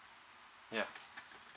ya